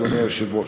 אדוני היושב-ראש.